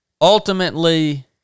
ultimately